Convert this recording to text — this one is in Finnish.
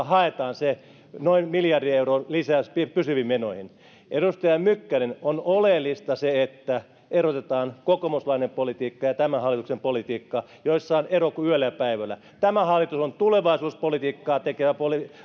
haetaan se noin miljardin euron lisäys pysyviin menoihin edustaja mykkänen on oleellista se että erotetaan kokoomuslainen politiikka ja tämän hallituksen politiikka joissa on ero kuin yöllä ja päivällä tämä hallitus on tulevaisuuspolitiikkaa tekevä